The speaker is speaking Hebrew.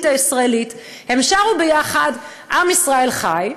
הישראלית הם שרו ביחד "עם ישראל חי",